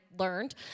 learned